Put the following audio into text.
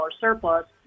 surplus